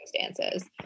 circumstances